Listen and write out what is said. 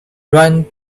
run